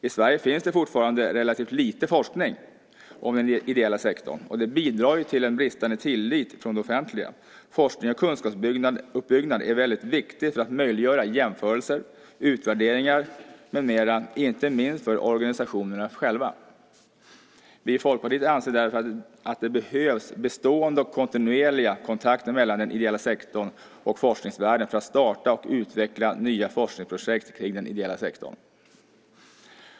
I Sverige finns det fortfarande relativt lite forskning om den ideella sektorn. Det bidrar till en bristande tillit från det offentliga. Forskning och kunskapsuppbyggnad är väldigt viktigt för att möjliggöra jämförelser, utvärderingar med mera inte minst för organisationerna själva. Vi i Folkpartiet anser därför att det behövs bestående och kontinuerliga kontakter mellan den ideella sektorn och forskningsvärlden för att starta och utveckla nya forskningsprojekt kring den ideella sektorn.